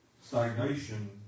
stagnation